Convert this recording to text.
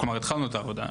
כלומר התחלנו את העבודה,